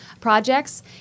projects